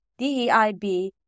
DEIB